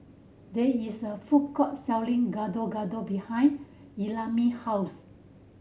there is a food court selling Gado Gado behind Ellamae house